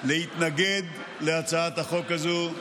ומהאופוזיציה להתנגד להצעת החוק הזו.